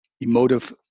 emotive